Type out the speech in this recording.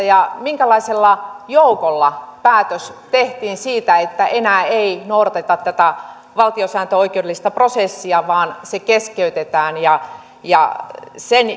ja minkälaisella joukolla tehtiin päätös siitä että enää ei noudateta tätä valtiosääntöoikeudellista prosessia vaan se keskeytetään ja ja jatketaan sen